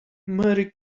merry